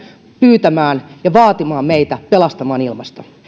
pyytämään ja vaatimaan meitä pelastamaan ilmasto